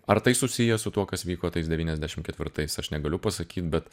ar tai susiję su tuo kas vyko tais devyniasdešim ketvirtais aš negaliu pasakyt bet